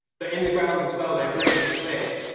but in the grounds as well, they're really clear.